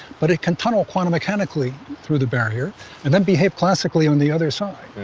but it can tunnel quantum mechanically through the barrier and then be hit classically on the other side.